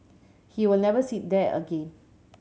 he will never sit there again